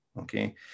Okay